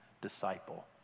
disciple